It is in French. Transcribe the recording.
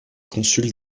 consul